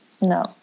no